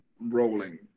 rolling